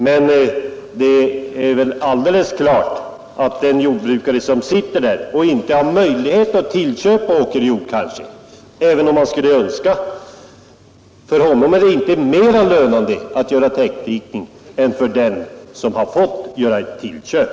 Men det är väl alldeles klart att det inte för den jordbrukare som inte har möjlighet att tillköpa åkerjord, även om han skulle önska göra det, är mer lönande att täckdika än för den som har fått göra tillköp.